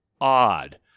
odd